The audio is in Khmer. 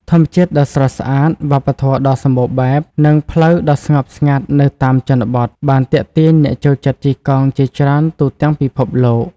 ធម្មជាតិដ៏ស្រស់ស្អាត វប្បធម៌ដ៏សម្បូរបែប និងផ្លូវដ៏ស្ងប់ស្ងាត់នៅតាមជនបទបានទាក់ទាញអ្នកចូលចិត្តជិះកង់ជាច្រើនទូទាំងពិភពលោក។